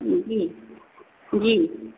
जी जी